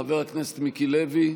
חבר הכנסת מיקי לוי,